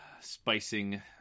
spicing